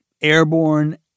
airborne